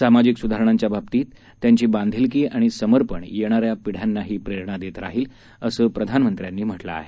सामाजिक सुधारणांच्या बाबतीत त्यांची बांधिलकी आणि समर्पण येणाऱ्या पिढ्यांनाही प्रेरणा देत राहिलं असं प्रधानमंत्र्यांनी म्हटलं आहे